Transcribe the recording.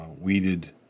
weeded